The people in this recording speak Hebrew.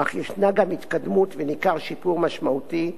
אך יש גם התקדמות וניכר שיפור משמעותי.